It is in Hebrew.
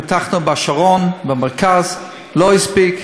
פתחנו ב"השרון", במרכז, לא הספיק.